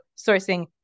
sourcing